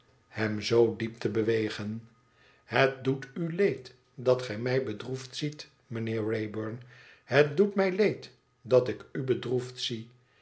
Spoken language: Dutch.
hem zoo diep te bewegen het doet u leed dat gij mij bedroefd ziet mijnheer wraybum het doet mij leed dat ik u bedroefd zie